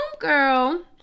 Homegirl